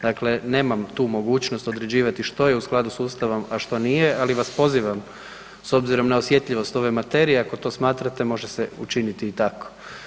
Dakle, nemam tu mogućnost određivati što je u skladu s Ustavom a što nije ali vas pozivam s obzirom na osjetljivost ove materije ako to smatrate, može se učiniti i tako.